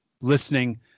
listening